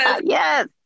Yes